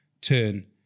turn